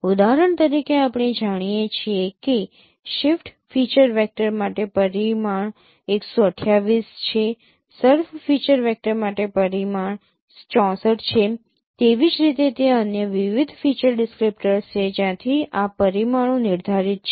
ઉદાહરણ તરીકે આપણે જાણીએ છીએ કે SIFT ફીચર વેક્ટર માટે પરિમાણ ૧૨૮ છે SURF ફીચર વેક્ટર માટે પરિમાણ ૬૪ છે તેવી જ રીતે ત્યાં અન્ય વિવિધ ફીચર ડિસક્રીપ્ટર્સ છે જ્યાંથી આ પરિમાણો નિર્ધારિત છે